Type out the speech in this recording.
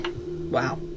Wow